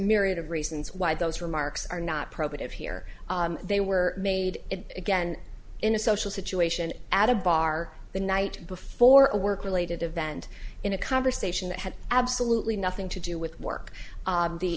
myriad of reasons why those remarks are not probative here they were made it again in a social situation at a bar the night before a work related event in a conversation that had absolutely nothing to do with work